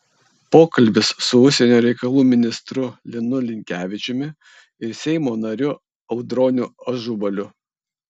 pokalbis su užsienio reikalų ministru linu linkevičiumi ir seimo nariu audroniu ažubaliu